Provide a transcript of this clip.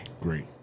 great